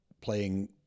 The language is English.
playing